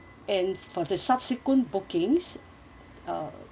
and for the subsequent bookings uh